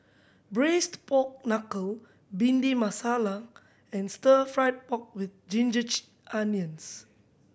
Braised Pork Knuckle Bhindi Masala and stir fried pork with ginger onions